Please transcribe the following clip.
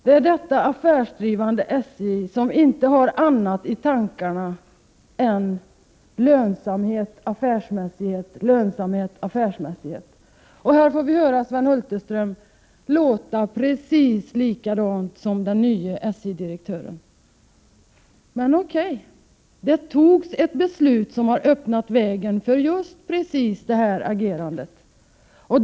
Det är detta affärsdrivande SJ som inte har annat i tankarna än lönsamhet — affärsmässighet. Här får vi höra Sven Hulterström låta precis som den nya SJ-direktören. Men okej, det har fattats ett beslut som har öppnat vägen för just precis detta agerande.